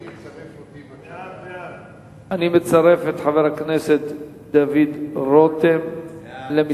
ההצעה להעביר את הצעת חוק ההוצאה לפועל (תיקון מס'